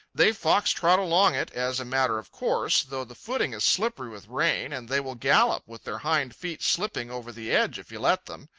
they fox-trot along it as a matter of course, though the footing is slippery with rain, and they will gallop with their hind feet slipping over the edge if you let them.